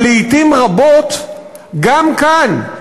אבל לעתים רבות גם כאן,